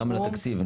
גם לתקציב.